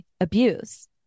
abuse